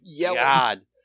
God